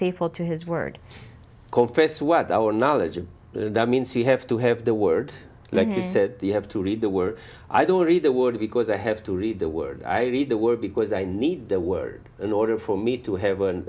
faithful to his word confess what our knowledge of them means you have to have the word like you said you have to read the word i don't read the word because i have to read the word i read the word because i need the word in order for me to have a